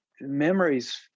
memories